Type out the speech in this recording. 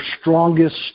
strongest